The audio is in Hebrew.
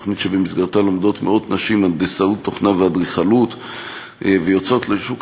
תוכנית שבמסגרתה מאות נשים לומדות הנדסאות תוכנה ואדריכלות ויוצאות לשוק